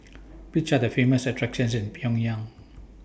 Which Are The Famous attractions in Pyongyang